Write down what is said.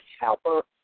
helper